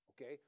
Okay